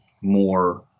more